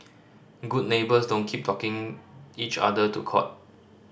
good neighbours don't keep talking each other to court